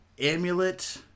Amulet